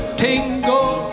tingle